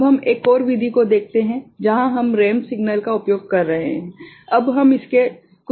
अब हम एक और विधि को देखते हैं जहां हम रैंप सिग्नल का उपयोग कर रहे हैं